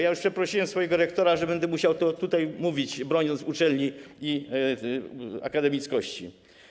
Już przeprosiłem swojego rektora, że będę musiał to tutaj mówić, broniąc uczelni i akademickości.